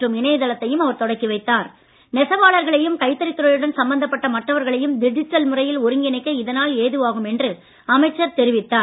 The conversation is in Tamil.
மற்றும் இணையதளத்தையும் அவர் நெசவாளர்களையும் துறையுடன் சம்பந்தப்பட்ட கைத்தறி மற்றவர்களையும் டிஜிட்டல் முறையில் ஒருங்கிணைக்க இதனால் ஏதுவாகும் என்று அமைச்சர் தெரிவித்தார்